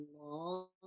long